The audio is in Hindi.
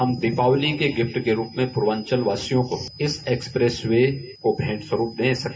हम दीपावली के गिफ्ट के रूप में प्रर्वाचल वासियों को इस एक्सप्रेस वे के भेंट के रूप में दे सके